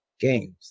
games